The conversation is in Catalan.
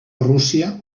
rússia